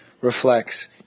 reflects